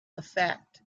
effect